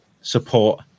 support